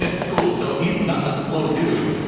and school. so he's not a slow dude.